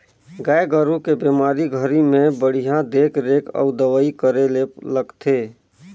गाय गोरु के बेमारी घरी में बड़िहा देख रेख अउ दवई करे ले लगथे